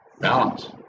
Balance